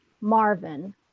Marvin